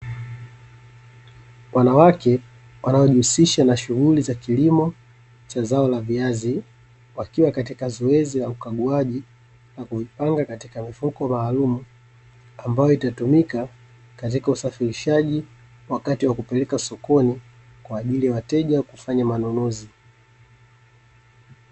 Wanawake, wanaojihusisha na shughuli za kilimo cha zao la viazi, wakiwa katika zoezi la ukaguaji na kuipanga katika mifuko maalum, ambayo itatumika katika usafirishaji wakati wa kupeleka sokoni kwa ajili ya wateja kufanya manunuzi.